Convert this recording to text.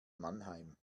mannheim